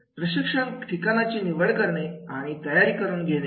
प्रशिक्षण ठिकाणाची निवड करणे आणि तयारी करून घेणे